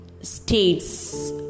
States